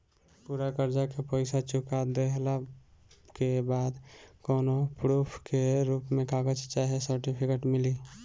पूरा कर्जा के पईसा चुका देहला के बाद कौनो प्रूफ के रूप में कागज चाहे सर्टिफिकेट मिली?